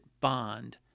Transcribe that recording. bond